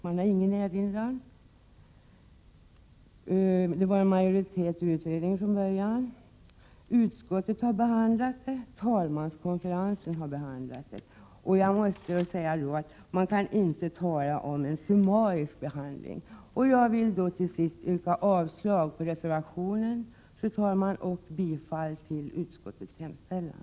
Det var från början en majoritet i utredningen. Utskottet och talmanskonferensen har behandlat frågan. Jag måste då säga att man inte kan tala om en summarisk behandling. Till sist, fru talman, vill jag yrka bifall till utskottets hemställan och avslag på reservationen.